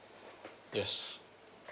yes